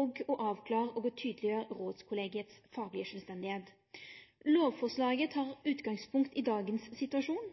og å avklare og tydeleggjere rådskollegiets faglege sjølvstende. Lovforslaget tek utgangspunkt i dagens situasjon.